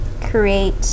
create